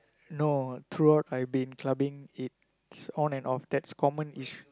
no throughout I been clubbing it's on and off that's common-ish